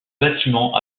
bâtiment